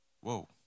whoa